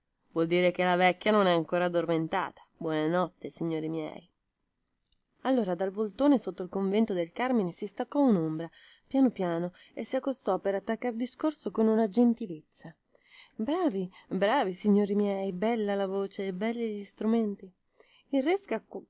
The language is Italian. vuol dire che la vecchia non è ancora addormentata buona notte signori miei allora dal voltone sotto il convento del carmine si staccò unombra piano piano e si accostò per attaccar discorso con una gentilezza bravi signori miei bella la voce e belli gli strumenti il resca